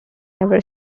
ever